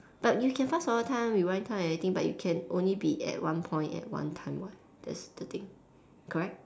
but you can fast forward time rewind time and anything but you can only be at one point at one time what that's the thing correct